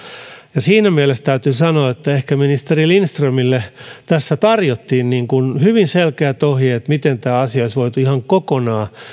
ja siinä mielessä täytyy sanoa että ehkä ministeri lindströmille tässä tarjottiin niin kuin hyvin selkeät ohjeet miten tämä asia olisi voitu ihan kokonaan